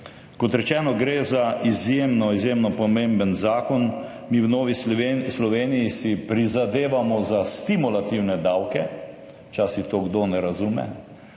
Kot rečeno, gre za izjemno, izjemno pomemben zakon. Mi v Novi Sloveniji si prizadevamo za stimulativne davke. Včasih to kdo ne razume.